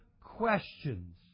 questions